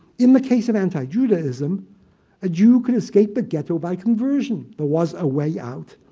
in the case of anti-judaism a jew could escape the ghetto by conversion. there was a way out.